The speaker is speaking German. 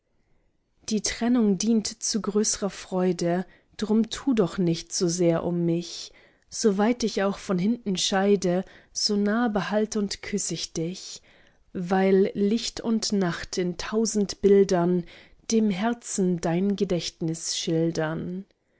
die trennung dient zu größrer freude drum tu doch nicht so sehr um mich so weit ich auch von hinnen scheide so nah behalt und küss ich dich weil licht und nacht in tausend bildern dem herzen dein gedächtnis schildern